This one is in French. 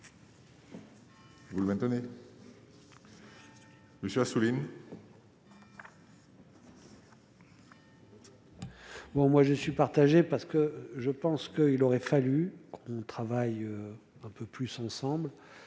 Vous le maintenez, monsieur Assouline.